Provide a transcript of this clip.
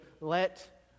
let